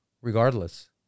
regardless